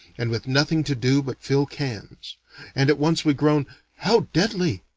and with nothing to do but fill cans and at once we groan how deadly!